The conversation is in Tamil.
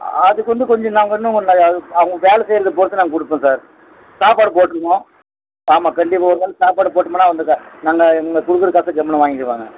அதுக்கு வந்து கொஞ்சம் நாங்கள் இன்னும் கொ நிறையா அவங்க வேலை செய்யிறதை பொருத்து நான் கொடுப்பேன் சார் சாப்பாடு போட்டுணுக்குவோம் ஆமாம் கண்டிப்பாக ஒரு நாள் சாப்பாடு போட்டமுன்னா உண்டு சார் நாங்கள் நீங்கள் கொடுக்குற காசை கம்முனு வாங்கிக்குவாங்க